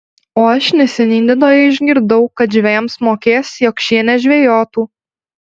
o aš neseniai nidoje išgirdau kad žvejams mokės jog šie nežvejotų